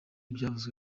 byavuzwe